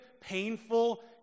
painful